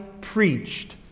preached